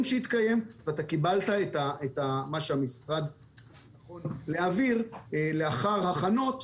שהתקיים ואתה קיבלת את מה שהמשרד ראה לנכון להעביר לאחר הכנות,